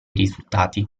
risultati